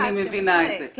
אני מבינה את זה.